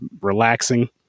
relaxing